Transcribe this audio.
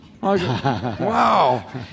Wow